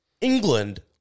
England